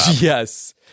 Yes